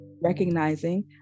recognizing